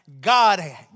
God